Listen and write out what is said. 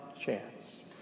chance